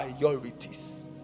priorities